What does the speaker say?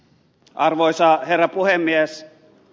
arvoisa herra puhemies